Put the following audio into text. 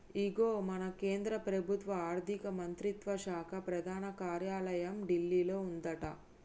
ఇగో మన కేంద్ర ప్రభుత్వ ఆర్థిక మంత్రిత్వ శాఖ ప్రధాన కార్యాలయం ఢిల్లీలో ఉందట